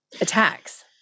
attacks